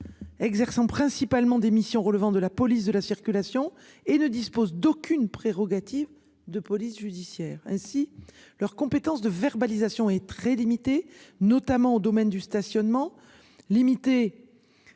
Exerçant principalement des missions relevant de la police de la circulation et ne dispose d'aucune prérogative de police judiciaire ainsi leurs compétences de verbalisation est très limitée, notamment au domaine du stationnement limité.